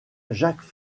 jacques